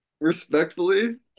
Respectfully